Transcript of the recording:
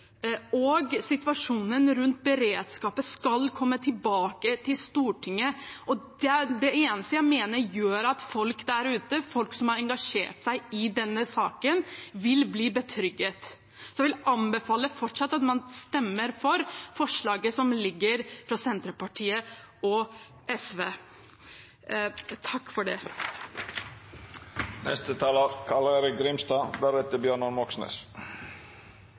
og situasjonen rundt beredskap skal legges fram for Stortinget. Det er det eneste jeg mener vil gjøre at folk der ute, folk som har engasjert seg i denne saken, vil bli betrygget. Så jeg vil anbefale at man stemmer for forslaget som foreligger fra Senterpartiet og SV.